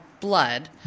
blood